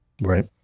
Right